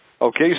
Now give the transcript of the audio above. Okay